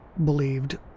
believed